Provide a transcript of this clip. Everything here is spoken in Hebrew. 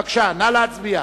בבקשה, נא להצביע.